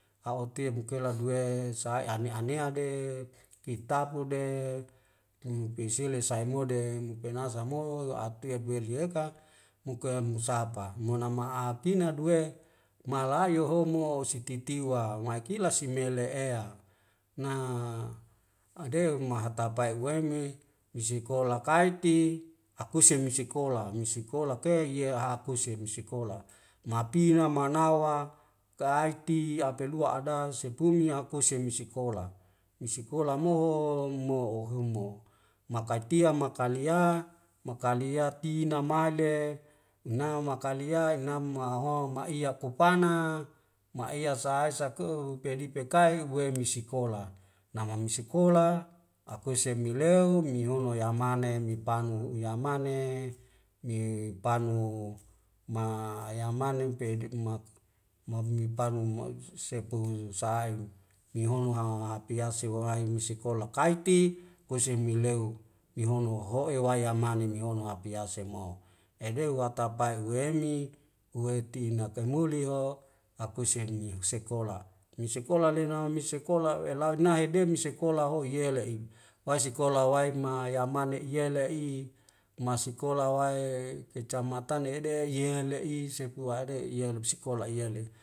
A'o tiem kelague sae ane anea de kitap bude mum pisile saimodem penaza mo aptuya guweli weka mokem husahapa mana ma'akina duwe malayo ho mo sititiwa mai kilas simele ea na adew mahatapae uweme misikola kaiti akuse mesekola misikola ke ya hakuse mesekola mapina manawa kaiti apelua ada sepunya akuse misikola misikola mo mo o humo makatia makalia makalia tina mai le na makalia inam'ma hohong maiya kupana maiya sae sake pedi pekai wei misikola nama misikola akuese mileo mihono yamane ni panggung uyamane mi panggu ma yamane mpe dik'mak mami panngu maus setu sa'aim mihono ha ha piase waraem misikola kaiti kuesembileo mihono hoyo wayamane nehono hapeyase mo. edew watapae weni uwetina nakaimuli ho akuse mi husekola misikola lenau misikola elau nae de misikola ho'o yele i waisikola waima yamane i yele i masikola wae kecamatane ede yeha le'i sepuade iyam namsikola iyale